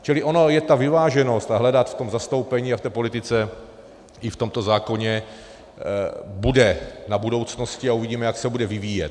Čili ona je ta vyváženost, a hledat v tom zastoupení a v té politice i v tomto zákoně bude na budoucnosti a uvidíme, jak se bude vyvíjet.